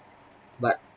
but